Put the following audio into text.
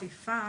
עשינו אכיפה